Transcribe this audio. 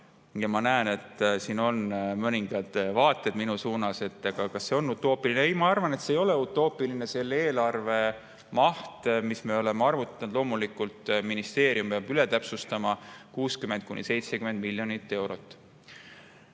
Ma näen, et siin on mõningad [küsimused] minu suunas, et kas see pole utoopiline. Ei, ma arvan, et see ei ole utoopiline. See eelarvemaht, mis me oleme arvutanud – loomulikult ministeerium peab üle täpsustama –, on 60–70 miljonit eurot.